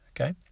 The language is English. okay